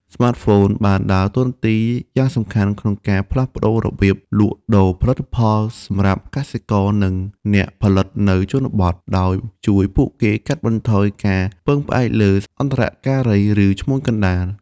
ស្មាតហ្វូនបានដើរតួនាទីយ៉ាងសំខាន់ក្នុងការផ្លាស់ប្ដូររបៀបលក់ដូរផលិតផលសម្រាប់កសិករ និងអ្នកផលិតនៅជនបទ ដោយជួយពួកគេ កាត់បន្ថយការពឹងផ្អែកលើអន្តរការី ឬឈ្មួញកណ្ដាល។